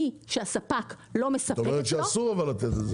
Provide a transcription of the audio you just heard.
מי שהספק לא מספק לו --- אבל את אומרת שאסור לתת לו הנחה.